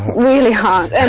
really hard and